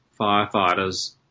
firefighters